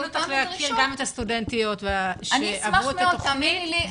אותך להכיר את הסטודנטיות שעברו את התכנית,